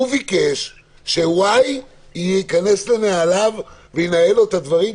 הוא ביקש ש-Y ייכנס לנעליו וינהל לו את הדברים,